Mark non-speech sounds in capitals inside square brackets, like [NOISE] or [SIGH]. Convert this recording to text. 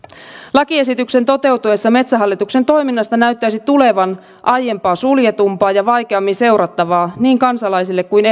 lakiesityksen toteutuessa metsähallituksen toiminnasta näyttäisi tulevan aiempaa suljetumpaa ja vaikeammin seurattavaa niin kansalaisille kuin [UNINTELLIGIBLE]